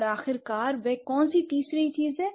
और आखिरकार वह कौन सी तीसरी चीज है